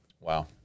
Wow